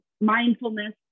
mindfulness